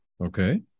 Okay